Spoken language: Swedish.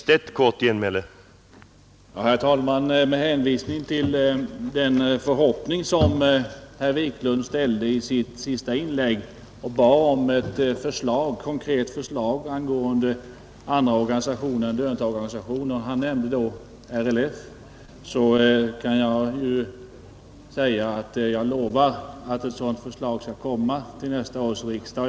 Herr talman! Med hänvisning till den förhoppning som herr Wiklund i Härnösand ställde i sitt sista inlägg, där han bad om ett konkret förslag angående andra löntagarorganisationer — han nämnde LRF -— kan jag säga att jag lovar att ett sådant förslag skall komma till nästa års riksdag.